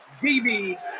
BB